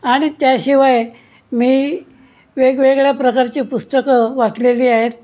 आणि त्याशिवाय मी वेगवेगळ्या प्रकारची पुस्तकं वाचलेली आहेत